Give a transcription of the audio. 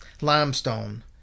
limestone